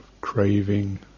craving